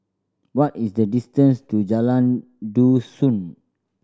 what is the distance to Jalan Dusun